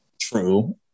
true